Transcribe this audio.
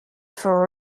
for